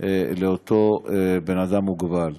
לאותו אדם מוגבל.